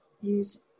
use